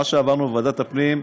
מה שעברנו בוועדת הפנים,